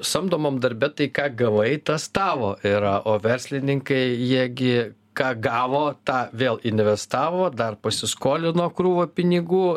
samdomam darbe tai ką gavai tas tavo yra o verslininkai jie gi ką gavo tą vėl investavo dar pasiskolino krūvą pinigų